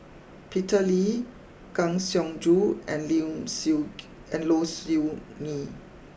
Peter Lee Kang Siong Joo and Siew and Low Siew Nghee